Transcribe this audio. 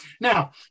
Now